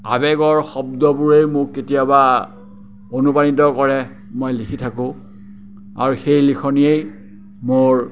আৱেগৰ শব্দবোৰে মোক কেতিয়াবা অনুপ্ৰাণিত কৰে মই লিখি থাকোঁ আৰু সেই লিখনিয়েই মোৰ